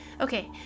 Okay